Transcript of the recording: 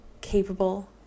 capable